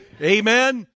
Amen